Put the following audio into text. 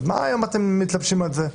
אז מה היום אתם מתלבשים על זה?